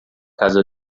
casa